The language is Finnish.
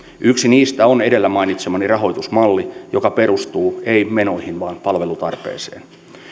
yksi niistä on edellä mainitsemani rahoitusmalli joka perustuu ei menoihin vaan palvelutarpeeseen